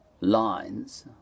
lines